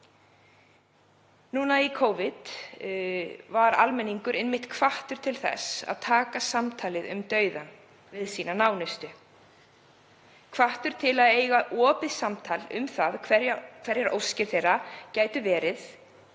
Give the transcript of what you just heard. Núna í Covid var almenningur hvattur til þess að eiga samtal um dauðann við sína nánustu, hvattur til að eiga opið samtal um það hverjar óskir þeirra væru þegar